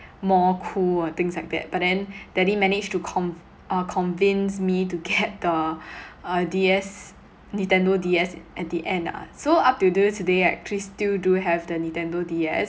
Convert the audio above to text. more cool and things like that but then daddy managed to con~ uh convince me to get the uh D_S nintendo D_S at the end ah so up to till today right actually still do have the nintendo D_S